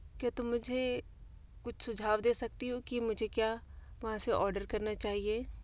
क्या तुम मुझे कुछ सुझाव दे सकती हो कि मुझे क्या वहाँ से ओडर करना चाहिए